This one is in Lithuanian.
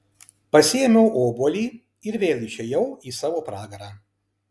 pasiėmiau obuolį ir vėl išėjau į savo pragarą